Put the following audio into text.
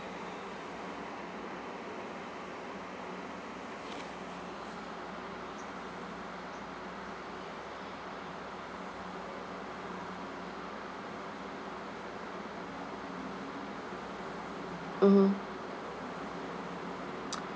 mmhmm